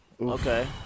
Okay